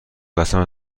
قسم